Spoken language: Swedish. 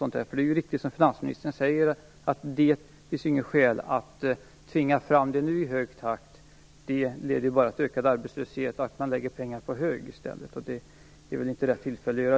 Det är riktigt, som finansministern säger, att det inte finns något skäl att nu tvinga fram detta i hög takt. Det skulle bara leda till ökad arbetslöshet och att man lägger pengar på hög i stället, vilket det väl inte är rätt tillfälle att göra.